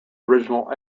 original